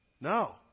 No